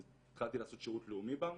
אז התחלתי לעשות שירות לאומי בעמותה,